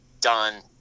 done